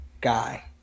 guy